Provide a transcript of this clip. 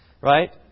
Right